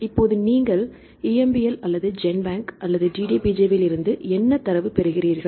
இப்போது நீங்கள் EMBL அல்லது ஜென்பேங் அல்லது DDBJ விலிருந்து என்ன தரவு பெறுகிறீர்கள்